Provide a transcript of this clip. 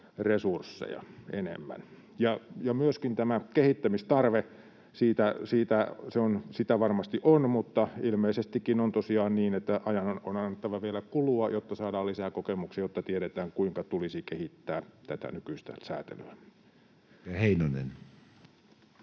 resursseja enemmän. Ja myöskin tämä kehittämistarve, sitä varmasti on, mutta ilmeisestikin on tosiaan niin, että ajan on annettava vielä kulua, jotta saadaan lisää kokemuksia, jotta tiedetään, kuinka tulisi kehittää tätä nykyistä säätelyä. Edustaja Heinonen.